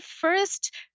first